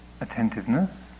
attentiveness